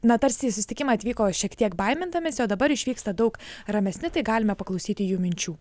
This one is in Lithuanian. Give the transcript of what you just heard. na tarsi į susitikimą atvyko šiek tiek baimindamiesi o dabar išvyksta daug ramesni tai galime paklausyti jų minčių